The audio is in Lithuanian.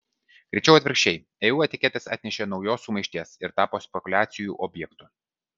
greičiau atvirkščiai eu etiketės atnešė naujos sumaišties ir tapo spekuliacijų objektu